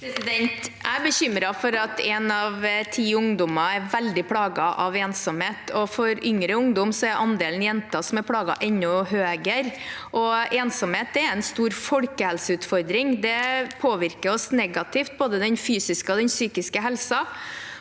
Jeg er bekym- ret for at en av ti ungdommer er veldig plaget av ensomhet. For yngre ungdom er andelen jenter som er plaget, enda høyere. Ensomhet er en stor folkehelseutfordring. Det påvirker oss negativt, både den fysiske og den psykiske helsen.